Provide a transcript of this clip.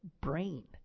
brain